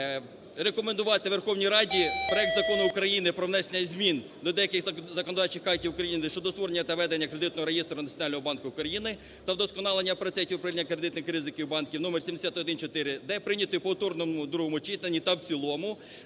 рекомендувати Верховній Раді проект Закону України про внесення змін до деяких законодавчих актів України щодо створення та ведення Кредитного реєстру Національного банку України та вдосконалення процесів управління кредитними ризиками банків (№ 7114-д) прийняти в повторному другому читанні та в цілому.